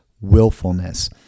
willfulness